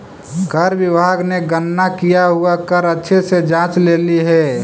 कर विभाग ने गणना किया हुआ कर अच्छे से जांच लेली हे